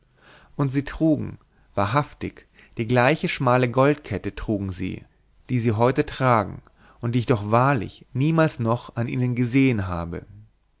und sie trugen wahrhaftig die gleiche schmale goldkette trugen sie die sie heute tragen und die ich doch wahrlich niemals noch an ihnen gesehen habe